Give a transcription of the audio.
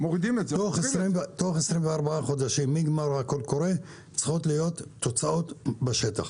תוך 24 חודשים מגמר הקול קורא צריכות להיות תוצאות בשטח.